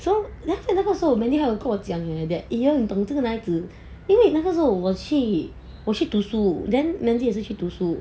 so 那个时候 mandy 有跟我讲 that !eeyer! 你懂这个男孩子因为那个时候我去我读书 then mandy 也是去读书